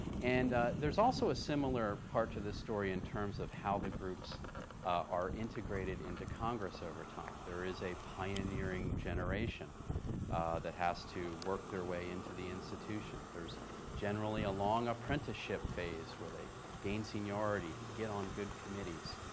and there's also a similar part to the story in terms of how the groups are integrated into congress over time. there is a pioneering generation that has to work their way into the institution. there's generally a long apprenticeship phase where they gain seniority, and get on good committees,